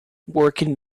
working